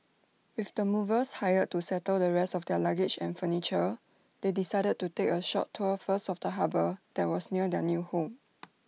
with the movers hired to settle the rest of their luggage and furniture they decided to take A short tour first of the harbour that was near their new home